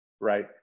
Right